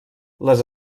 les